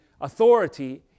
authority